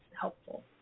helpful